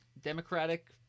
democratic